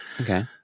okay